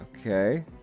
Okay